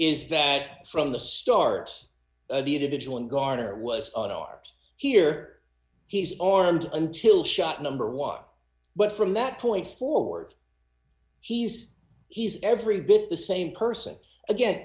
is that from the start of the individual and garner was on ours here he's armed until shot number one but from that point forward he's he's every bit the same person again